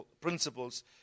principles